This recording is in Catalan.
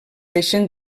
deixen